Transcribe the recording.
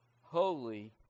holy